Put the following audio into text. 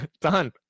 Done